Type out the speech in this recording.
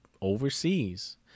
overseas